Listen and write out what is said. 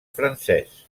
francès